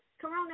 Corona